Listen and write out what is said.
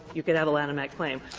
you can have a lanham act claim.